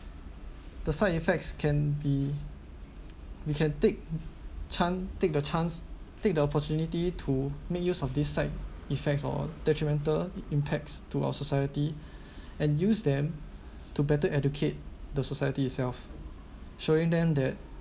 the side effects can be we can take chan~ take the chance take the opportunity to make use of this side effects or detrimental impact to our society and use them to better educate the society itself showing them that